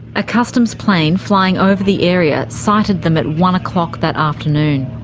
a customs plane flying over the area sighted them at one o'clock that afternoon.